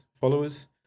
followers